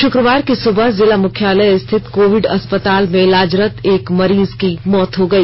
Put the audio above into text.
शुक्रवार की सुबह जिला मुख्यालय स्थित कोविड अस्पताल में इलाजरत एक मरीज की मौत हो गई